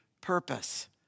purpose